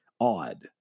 odd